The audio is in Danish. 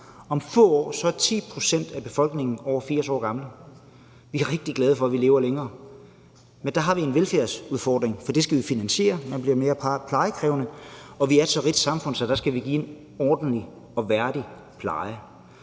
– så er 10 pct. af befolkningen om få år over 80 år gamle. Vi er rigtig glade for, at vi lever længere, men der har vi en velfærdsudfordring, for det skal vi finansiere, når man bliver mere plejekrævende. Og vi er så rigt et samfund, at der skal vi give en ordentlig og værdig pleje.